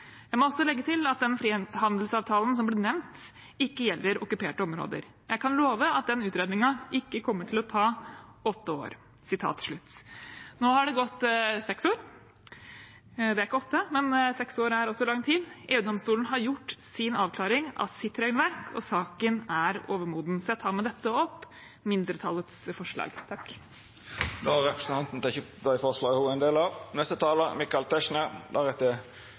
jeg må også legge til at den frihandelsavtalen som ble nevnt, den gjelder ikke okkuperte områder.» Han uttalte videre: «Jeg kan love at den utredningen ikke kommer til ta åtte år.» Nå har det gått seks år. Det er ikke åtte, men seks år er også lang tid. EU-domstolen har gjort sin avklaring av sitt regelverk, og saken er overmoden. Jeg tar med dette opp mindretallets forslag. Representanten Marianne Marthinsen har